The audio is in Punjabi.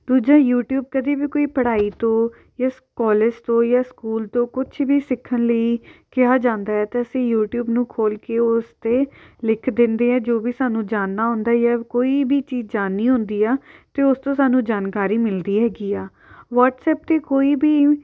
ਦੂਜਾ ਯੂਟਿਊਬ ਕਦੇ ਵੀ ਕੋਈ ਪੜ੍ਹਾਈ ਤੋਂ ਜਾਂ ਸ ਕੋਲੇਜ ਤੋਂ ਜਾਂ ਸਕੂਲ ਤੋਂ ਕੁਛ ਵੀ ਸਿੱਖਣ ਲਈ ਕਿਹਾ ਜਾਂਦਾ ਹੈ ਤਾਂ ਅਸੀਂ ਯੂਟਿਊਬ ਨੂੰ ਖੋਲ੍ਹ ਕੇ ਉਸ 'ਤੇ ਲਿਖ ਦਿੰਦੇ ਹਾਂ ਜੋ ਵੀ ਸਾਨੂੰ ਜਾਣਨਾ ਹੁੰਦਾ ਜਾਂ ਕੋਈ ਵੀ ਚੀਜ਼ ਜਾਣਨੀ ਹੁੰਦੀ ਆ ਅਤੇ ਉਸ ਤੋਂ ਸਾਨੂੰ ਜਾਣਕਾਰੀ ਮਿਲਦੀ ਹੈਗੀ ਆ ਵੋਟਸਐਪ 'ਤੇ ਕੋਈ ਵੀ